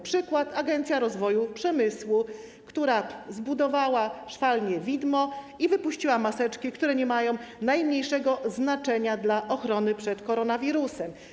Przykład to Agencja Rozwoju Przemysłu, która zbudowała szwalnię widmo i wypuściła maseczki, które nie mają najmniejszego znaczenia dla ochrony przed koronawirusem.